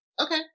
Okay